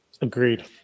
Agreed